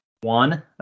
One